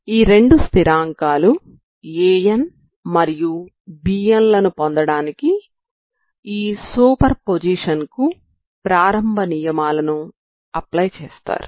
ఈ రెండు స్థిరాంకాలు An మరియు Bn లను పొందడానికి ఈ సూపర్ పొజిషన్ కు ప్రారంభ నియమాలను అప్లై చేస్తారు